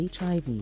HIV